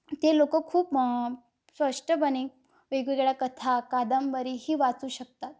ते लोक खूप स्पष्टपणे वेगवेगळ्या कथा कादंबरी ही वाचू शकतात